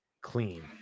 clean